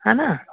हा न